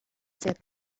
said